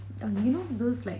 dum~ you know those like